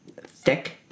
Thick